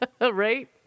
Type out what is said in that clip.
Right